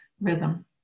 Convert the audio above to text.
rhythm